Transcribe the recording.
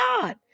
god